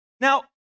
Now